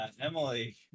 Emily